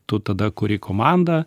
tu tada kuri komandą